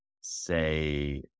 say